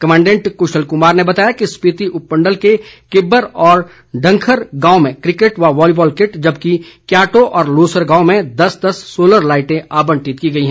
commandant Kushal Kumar ने बताया कि स्पीति उपमण्डल के किब्बर व डंखर गांव में क्रिकेट व वॉलीबॉल किट जबकि क्याटो व लोसर गांव में दस दस सोलर लाइटें आबंटित की गई हैं